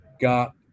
got